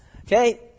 Okay